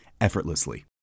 effortlessly